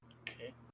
Okay